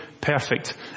perfect